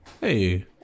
Hey